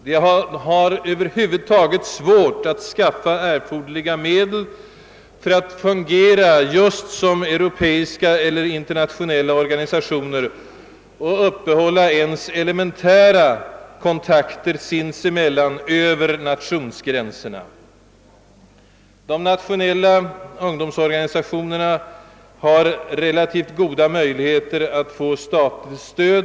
De har över huvud taget svårt att anskaffa erforderliga medel för att fungera just som europeiska eller internationella organisationer och uppehålla ens elementära kontakter sinsemellan över nationsgränserna. De nationella ungdomsorganisationerna har däremot relativt goda möjligheter att få statligt stöd.